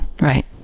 right